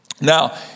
Now